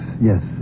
yes